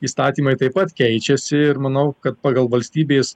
įstatymai taip pat keičiasi ir manau kad pagal valstybės